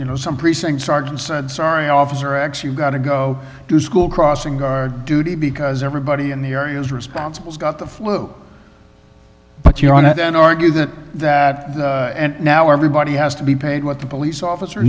you know some precinct sergeant said sorry officer x you've got to go to school crossing guard duty because everybody in the area is responsible got the flu but you're on it then argue that that now everybody has to be paid what the police officer